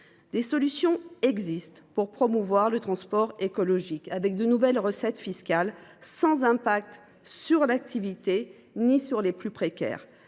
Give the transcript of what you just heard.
Des solutions existent pour promouvoir le transport écologique de nouvelles recettes fiscales qui seraient sans impact sur l’activité ni sur les plus précaires